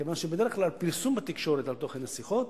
כיוון שבדרך כלל, פרסום בתקשורת של תוכן השיחות